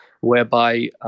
whereby